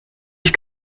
ich